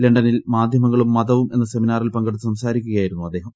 ലണ്ടനിൽ മാധ്യമങ്ങളും മതവും എന്ന സെമിനാറിൽ പങ്കെടുത്ത് സംസാരിക്കുകയായിരുന്നു അദ്ദേഹം